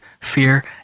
fear